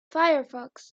firefox